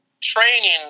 training